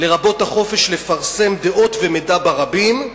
לרבות החופש לפרסם דעות ומידע ברבים.